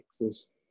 exist